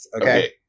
Okay